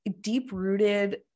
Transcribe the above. deep-rooted